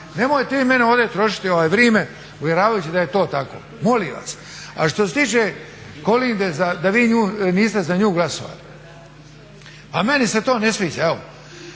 nemojte vi meni ovdje trošiti vrijeme uvjeravajući da je to tako, molim vas. A što se tiče Kolinde da vi niste za nju glasali, pa meni se to ne sviđa, evo.